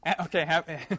Okay